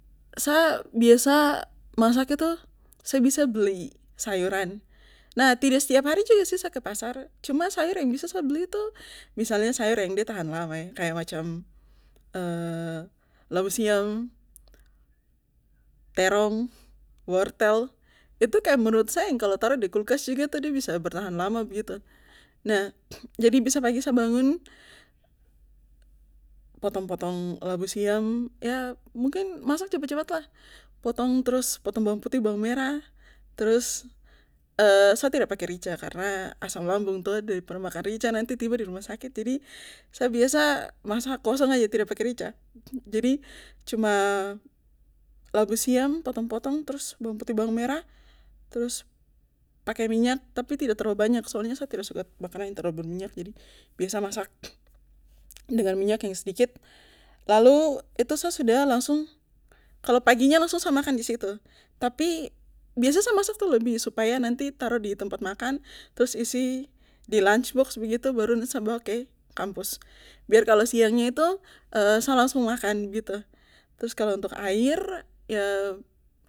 Sa biasa masak itu sa beli sayuran nah tidak setiap hari juga sih sa kepasar cuma sayur yang biasa sa beli itu misalnya sayur yang de tahan lama kaya macam labu siam terong wortel itu kaya menurut saya kalo tra taro di kulkas juga de bisa bertahan lama begitu nah jadi besok pagi sa bangun potong potong labu siam yah mungkin masak cepat cepatlah potong trus potong bawang putih bawang merah trus sa tidak pake rica karna asam lambung toh jadi tra makan rica darpada tiba tiba di rumah sakit jadi sa biasa masak langsung saja tidak pake rica jadi cuma labu siam potong potong trus bawang putih bawang merah trus pake minyak tapi tidak terlalu banyak soalnya sa tidak suka makanan terlalu baminyak jadi biasa sa masak dengan minyak yang sedikit lalu itu sa sudah langsung kalo paginya itu sa langsung makan disitu tapi biasa tuh sa masak lebih supaya nanti taroh di tempat makan trus isi di lunch box begitu baru nanti sa bawa ke kampus biar kalo siangnya itu sa langsung makan begitu trus kalo untuk air yah